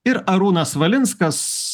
ir arūnas valinskas